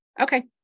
Okay